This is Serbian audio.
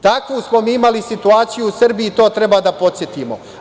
Takvu smo mi imali situaciju u Srbiji i na to treba da podsetimo.